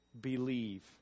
believe